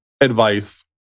advice